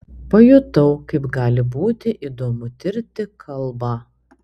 pajutau kaip gali būti įdomu tirti kalbą